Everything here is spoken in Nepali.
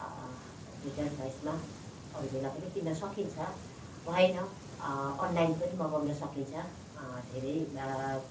रिटेल प्राइजमा अरू बेला पनि किन्न सकिन्छ भएन अनलाइन पनि मगाउनु सकिन्छ धेरै